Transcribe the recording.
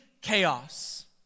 chaos